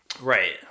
Right